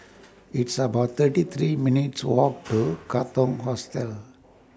It's about thirty three minutes' Walk to Katong Hostel